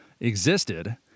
existed